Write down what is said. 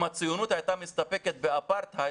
אם הציונות הייתה מסתפקת באפרטהייד,